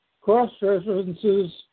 cross-references